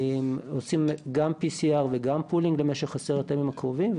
עושים גם PCR וגם פולינג למשך עשרת הימים הקרובים.